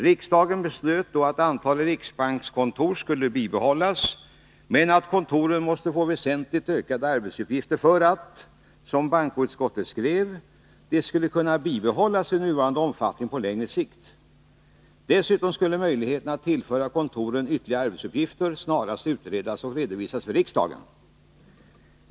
Riksdagen beslöt då att antalet riksbankskontor skulle bibehållas, men att kontoren måste få väsentligt ökade arbetsuppgifter för att —- som bankoutskottet skrev — de skulle kunna bibehållas i nuvarande omfattning på längre sikt. Dessutom skulle möjligheterna att tillföra kontoren ytterligare arbetsuppgifter snarast utredas och redovisas för riksdagen.